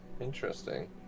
Interesting